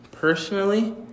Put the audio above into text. Personally